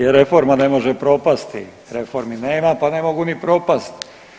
Jer reforma ne može propasti, reformi nema, pa ne mogu ni propast.